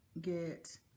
get